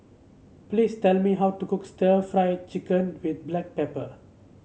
please tell me how to cook stir Fry Chicken with Black Pepper